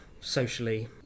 socially